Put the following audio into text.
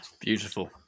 Beautiful